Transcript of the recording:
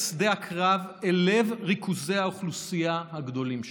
שדה הקרב אל לב ריכוזי האוכלוסייה הגדולים שלנו.